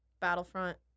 Battlefront